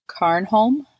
Carnholm